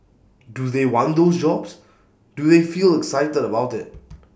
do they want those jobs do they feel excited about IT